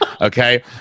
Okay